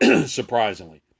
surprisingly